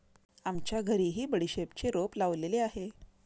आमच्या घरीही बडीशेपचे रोप लावलेले आहे